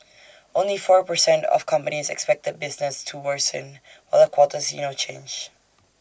only four per cent of companies expected business to worsen while A quarter see no change